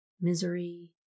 misery